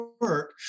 work